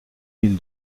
mille